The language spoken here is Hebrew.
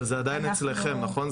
אבל זה עדיין אצלכם, נכון?